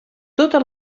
tota